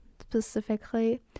specifically